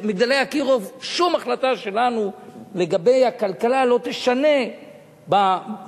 ב"מגדלי אקירוב" שום החלטה שלנו לגבי הכלכלה לא תשנה במשאבים,